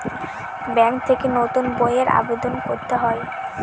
bank থেকে নতুন বইয়ের আবেদন করতে হয়